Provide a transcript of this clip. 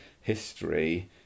history